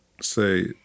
say